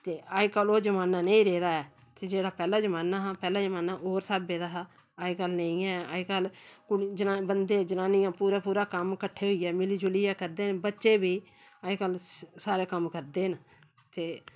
ते अज्जकल ओह् जमान्ना नेईं रेह्दा ऐ ते जेह्ड़ा पैह्ला जमान्ना हा पैह्ले जमान्ना होर स्हाबै दा हा अज्जकल नेईं ऐ अज्जकल बंदे जनानियां पूरा पूरा कम्म कट्ठे होइयै मिली जुलियै करदे न बच्चे बी अज्जकल सारे कम्म करदे न ते